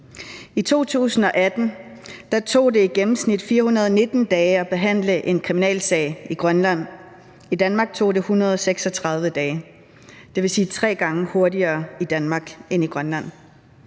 I 2018 tog det i gennemsnit 419 dage at behandle en kriminalsag i Grønland. I Danmark tog det 136 dage. Det vil sige, at det gik tre gange hurtigere i Danmark end i Grønland.